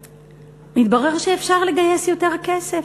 ומתברר שאפשר לגייס יותר כסף,